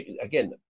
again